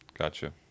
Gotcha